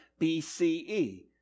BCE